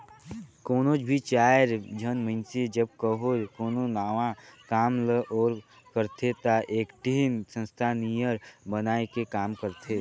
कोनोच भी चाएर झन मइनसे जब कहों कोनो नावा काम ल ओर करथे ता एकठिन संस्था नियर बनाए के काम करथें